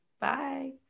Bye